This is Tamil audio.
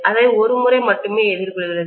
அதை ஒரு முறை மட்டுமே எதிர்கொள்கிறது